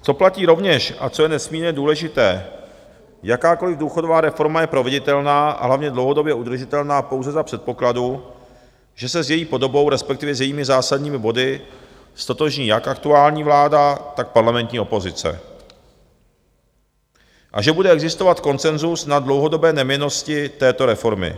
Co platí rovněž a co je nesmírně důležité, jakákoliv důchodová reforma je proveditelná a hlavně dlouhodobě udržitelná pouze za předpokladu, že se s její podobou, respektive s jejími zásadními body, ztotožní jak aktuální vláda, tak parlamentní opozice a že bude existovat konsenzus na dlouhodobé neměnnosti této reformy.